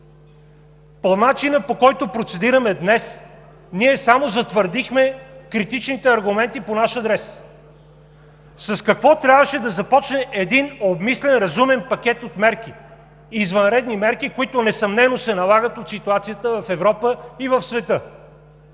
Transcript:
По начина, по който процедираме днес, ние само затвърдихме критичните аргументи по наш адрес. С какво трябваше да започне един обмислен, разумен пакет от мерки, извънредни мерки, които несъмнено се налагат, от ситуацията в Европа и в света?